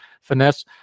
finesse